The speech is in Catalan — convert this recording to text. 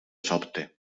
sobte